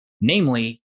Namely